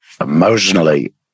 emotionally